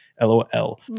LOL